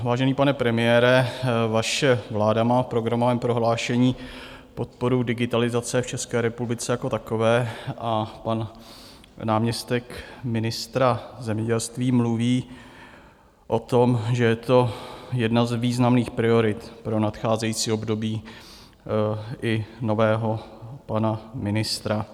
Vážený pane premiére, vaše vláda má v programovém prohlášení podporu digitalizace v České republice jako takové a pan náměstek ministra zemědělství mluví o tom, že je to jedna z významných priorit pro nadcházející období i nového pana ministra.